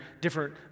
different